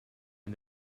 and